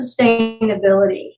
sustainability